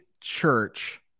church